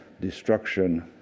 destruction